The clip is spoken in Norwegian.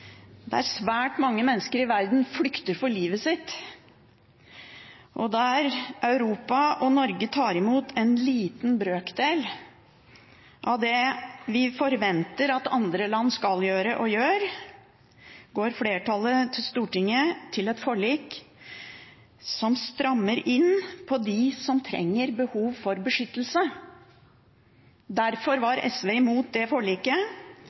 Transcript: der svært mange mennesker i verden flykter for livet, og der Europa og Norge tar imot en liten brøkdel av det vi forventer at andre land skal gjøre og gjør, går flertallet i Stortinget til et forlik som strammer inn overfor dem som har behov for beskyttelse. Derfor var SV imot det forliket,